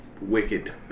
wicked